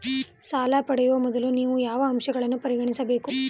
ಸಾಲ ಪಡೆಯುವ ಮೊದಲು ನೀವು ಯಾವ ಅಂಶಗಳನ್ನು ಪರಿಗಣಿಸಬೇಕು?